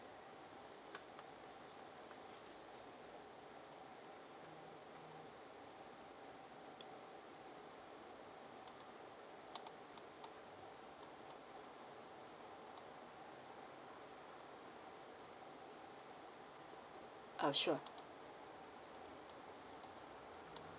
uh sure